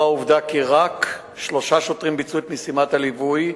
העובדה כי רק שלושה שוטרים ביצעו את משימת הליווי,